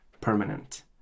permanent